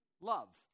love